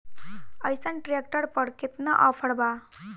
अइसन ट्रैक्टर पर केतना ऑफर बा?